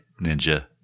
Ninja